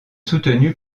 soutenu